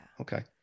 Okay